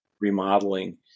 remodeling